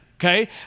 Okay